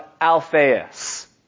Alphaeus